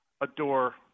adore